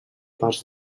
parts